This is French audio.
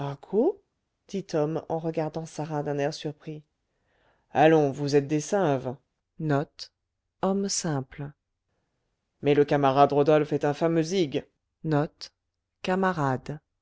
dit tom en regardant sarah d'un air surpris allons vous êtes des sinves mais le camarade rodolphe est un fameux zig